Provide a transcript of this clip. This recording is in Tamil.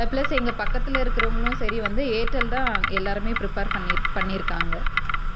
ப்ளஸ் எங்கள் பக்கத்தில் இருக்கிறவங்களும் சரி வந்து ஏர்டெல் தான் எல்லோருமே ப்ரிஃபெர் பண்ணிருக் பண்ணியிருக்காங்க